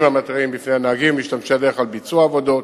המתריעים בפני הנהגים משתמשי הדרך על ביצוע העבודות,